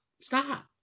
Stop